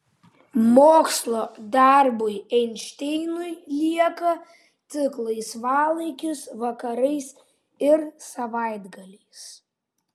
mokslo darbui einšteinui lieka tik laisvalaikis vakarais ir savaitgaliais